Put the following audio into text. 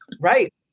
right